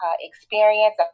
experience